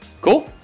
Cool